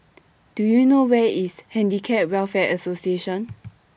Do YOU know Where IS Handicap Welfare Association